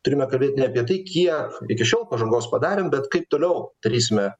turime kalbėt ne apie tai kiek iki šiol pažangos padarėm bet kaip toliau darysime